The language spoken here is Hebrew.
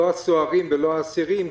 לא הסוהרים ולא האסירים,